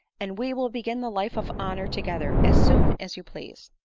and we will begin the life of honor together as soon as you please.